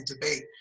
debate